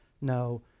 No